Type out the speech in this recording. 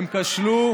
הן כשלו